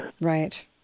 right